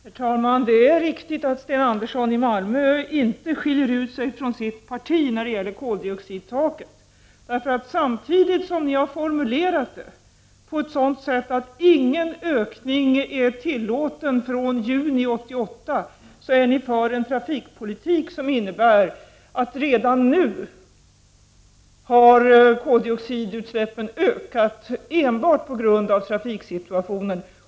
Herr talman! Det är riktigt att Sten Andersson i Malmö inte skiljer ut sig från sitt parti när det gäller koldioxidtaket. Samtidigt som ni har formulerat att ingen ökning är tillåten fr.o.m. juni 1988 är ni för en trafikpolitik, som innebär att koldioxidutsläppen redan nu har ökat enbart på grund av trafiksituationen.